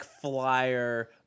flyer